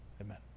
Amen